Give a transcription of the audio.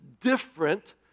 different